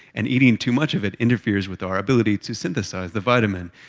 and eating too much of it interferes with our ability to synthesize the vitamin.